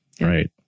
Right